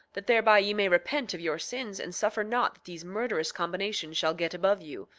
that thereby ye may repent of your sins, and suffer not that these murderous combinations shall get above you,